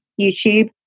YouTube